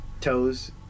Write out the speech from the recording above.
Toes